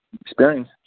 Experience